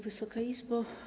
Wysoka Izbo!